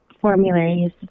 formularies